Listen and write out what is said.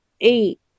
eight